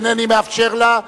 ואינני מאפשר לה,